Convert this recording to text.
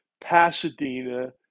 pasadena